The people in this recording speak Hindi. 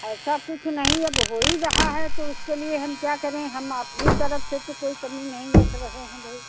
ऐसा कुछ नहीं है अब हो ही रहा है तो उसके लिए हम क्या करें हम अपनी तरफ़ से तो कोई कमी नहीं रख रहे हैं भई